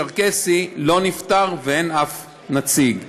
והצ'רקסי לא נפתר ואין אף נציג אחד.